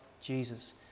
Jesus